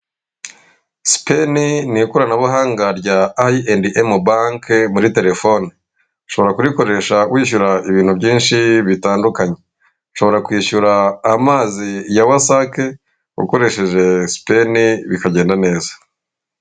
Sipeni ni ikoranabuhanga rya Ayendemu banke muri telefoni, ushobora kurikoresha wishyura ibintu byinshi bitandukanye, ushobora kwishyura amazi ya wasake ukoresheje Sipeni bikagenda neza.